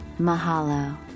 Mahalo